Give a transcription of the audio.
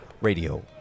radio